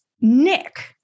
nick